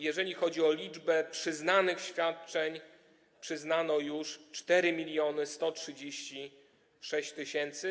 Jeżeli chodzi o liczbę przyznanych świadczeń, przyznano już 4136 tys.